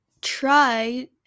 try